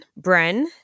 Bren